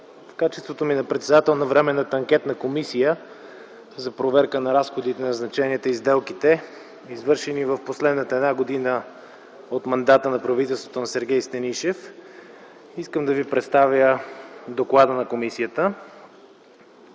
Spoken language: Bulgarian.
В качеството ми на председател на Временната анкетна комисия за проверка на разходите, назначенията и сделките, извършени в последната една година от мандата на правителството на Сергей Станишев, искам да Ви представя доклада на комисията.